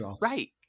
Right